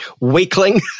weakling